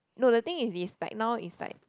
no the thing is this like now is like